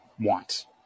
want